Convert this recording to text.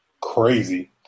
crazy